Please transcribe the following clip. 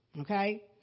okay